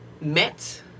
met